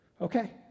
Okay